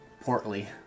Portly